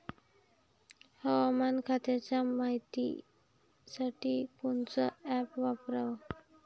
हवामान खात्याच्या मायतीसाठी कोनचं ॲप वापराव?